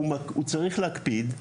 הוא צריך להקפיד.